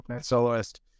soloist